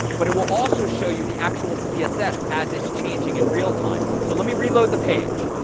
but it will also show you the actual css as it's changing in real time. so let me reload the page.